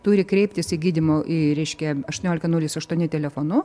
turi kreiptis į gydymo į reiškia aštuoniolika nulis aštuoni telefonu